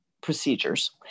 procedures